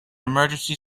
emergency